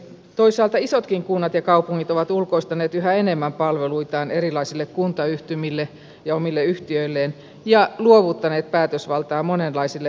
toisaalta isotkin kunnat ja kaupungit ovat ulkoistaneet yhä enemmän palveluitaan erilaisille kuntayhtymille ja omille yhtiöilleen ja luovuttaneet päätösvaltaa monenlaisille hallintohimmeleille